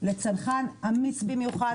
לצנחן אמיץ במיוחד,